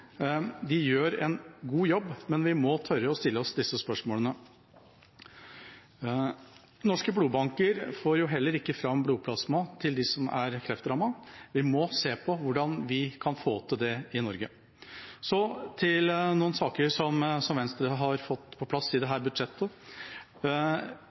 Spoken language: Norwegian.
De gjør en god jobb, men vi må tørre å stille oss disse spørsmålene. Norske blodbanker får heller ikke fram blodplasma til dem som er kreftrammet. Vi må se på hvordan vi kan få til det i Norge. Så til noen saker som Venstre har fått på plass i